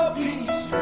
peace